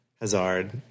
Hazard